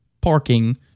parking